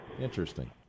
Interesting